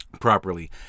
properly